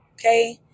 Okay